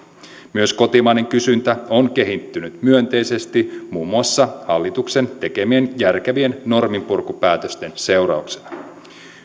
myös kotimainen kysyntä on kehittynyt myönteisesti muun muassa hallituksen tekemien järkevien norminpurkupäätösten seurauksena